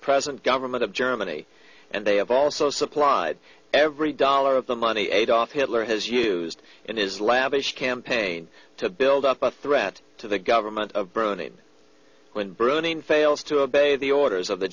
present government of germany and they have also supplied every dollar of the money adolf hitler has used in his lavish campaign to build up a threat to the government of bruni when bruni in fails to abate the orders of the